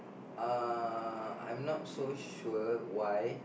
uh I'm not so sure why